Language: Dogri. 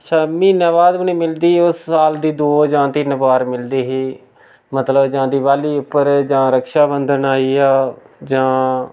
अच्छा म्हीने बाद बी निं मिलदी ही ओह् साल दी दो जां तिन्न बार मिलदी ही मतलब जां दिवाली उप्पर जा रक्षा बंधन आई गेआ जां